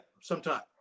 sometime